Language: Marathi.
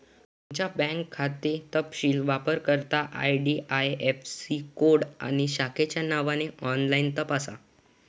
तुमचा बँक खाते तपशील वापरकर्ता आई.डी.आई.ऍफ़.सी कोड आणि शाखेच्या नावाने ऑनलाइन तपासा